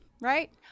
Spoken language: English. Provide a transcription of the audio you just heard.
right